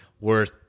worth